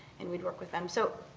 and we'd work with them. so